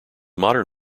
modern